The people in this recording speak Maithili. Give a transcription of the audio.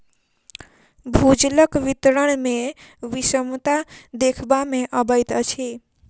भूजलक वितरण मे विषमता देखबा मे अबैत अछि